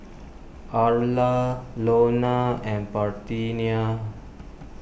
Arla Lona and Parthenia